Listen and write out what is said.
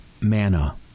manna